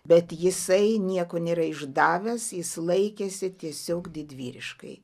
bet jisai nieko nėra išdavęs jis laikėsi tiesiog didvyriškai